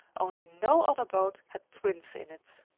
only no other boat had twins in it.